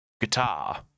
guitar